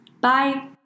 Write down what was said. Bye